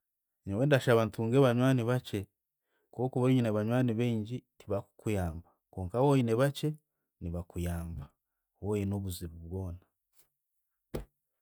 Nyowe ndashaba ntunge abanywani bakye, kokuba oine abanywani baingi, tibakukuyamba, konka woine bakye, nibakuyamba woine obuzibu bwona.